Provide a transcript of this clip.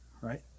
right